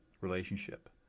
relationship